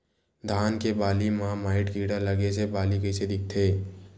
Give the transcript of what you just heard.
धान के बालि म माईट कीड़ा लगे से बालि कइसे दिखथे?